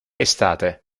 estate